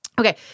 Okay